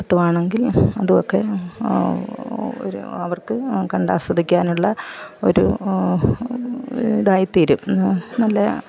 നടത്തുവാണെങ്കിൽ അതു ഒക്കെ ഒരു അവർക്ക് കണ്ടാൽ ആസ്വദിക്കാനുള്ള ഒരു ഇതായിത്തീരും നല്ല